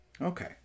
Okay